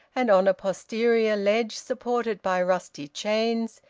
and on a posterior ledge supported by rusty chains,